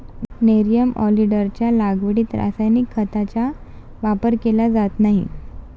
nerium ऑलिंडरच्या लागवडीत रासायनिक खतांचा वापर केला जात नाही